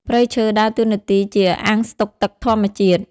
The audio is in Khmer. ព្រៃឈើដើរតួនាទីជាអាងស្តុកទឹកធម្មជាតិ។